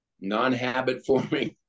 non-habit-forming